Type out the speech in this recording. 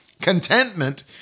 Contentment